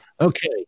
Okay